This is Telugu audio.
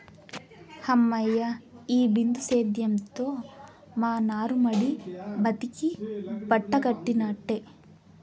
హమ్మయ్య, ఈ బిందు సేద్యంతో మా నారుమడి బతికి బట్టకట్టినట్టే